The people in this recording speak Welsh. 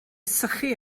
sychu